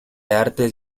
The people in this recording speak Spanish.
artes